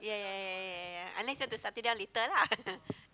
yeah yeah yeah yeah yeah yaeh unless you want to settle down later lah